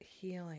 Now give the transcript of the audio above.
healing